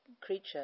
creature